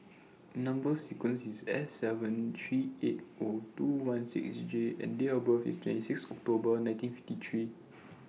Number sequence IS S seven three eight O two one six J and Date of birth IS twenty six October nineteen fifty three